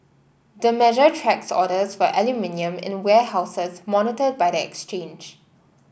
the measure tracks orders for aluminium in warehouses monitored by the exchange